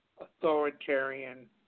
Authoritarian